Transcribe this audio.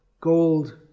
gold